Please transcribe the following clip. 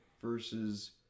versus